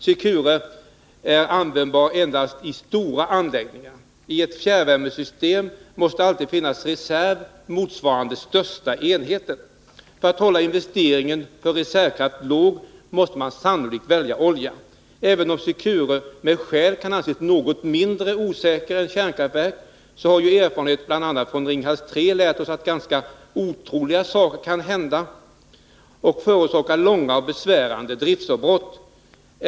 Securereaktorerna kan användas endast i stora anläggningar. Vid fjärrvärmesystem måste det alltid finnas en reserv, motsvarande den största enheten. För att hålla investeringen i reservkraft nere måste man sannolikt välja olja. Även om Securereaktorerna med skäl kan anses vara något mindre osäkra än kärnkraftverk, har bl.a. Ringhals 3 lärt oss att ganska otroliga saker kan hända med långa och besvärliga driftsavbrott som följd.